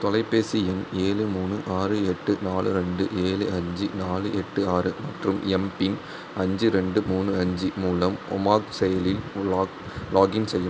தொலைபேசி எண் ஏழு மூணு ஆறு எட்டு நாலு ரெண்டு ஏழு அஞ்சு நாலு எட்டு ஆறு மற்றும் எம்பின் அஞ்சு ரெண்டு மூணு அஞ்சுசி மூலம் உமாக் செயலியில் லாக் லாக்இன் செய்ய